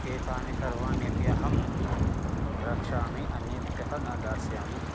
एतानि सर्वाण्यपि अहं रक्षामि अन्येभ्यः न दास्यामि